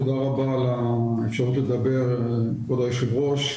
תודה רבה על האפשרות לדבר כבוד יושב הראש.